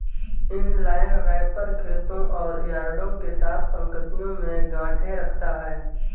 inline wrapper खेतों और यार्डों के साथ पंक्तियों में गांठें रखता है